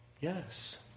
yes